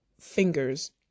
fingers